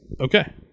Okay